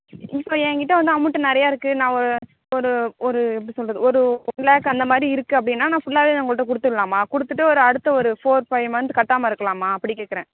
இப்போ ஏங்கிட்ட வந்து அமௌன்ட்டு நிறையாருக்கு நான் ஒரு ஒரு ஒரு எப்படி சொல்கிறது ஒரு ஒன் லேக் அந்தமாதிரி இருக்குது அப்படினா நான் ஃபுல்லாவே உங்கள்ட்ட கொடுத்துரலாமா கொடுத்துட்டு ஒரு அடுத்த ஒரு ஃபோர் ஃபைவ் மன்த் கட்டாமல் இருக்கலாமா அப்படி கேட்குறேன்